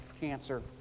cancer